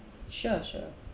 sure sure